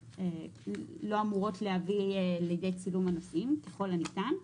לא אמורות להביא לידי צילום הנוסעים ככל הניתן.